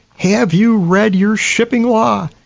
have you read your shipping law?